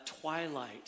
twilight